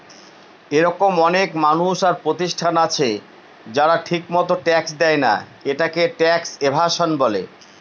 এরকম অনেক মানুষ আর প্রতিষ্ঠান আছে যারা ঠিকমত ট্যাক্স দেয়না, এটাকে ট্যাক্স এভাসন বলে